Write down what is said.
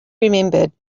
remembered